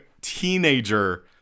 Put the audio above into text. teenager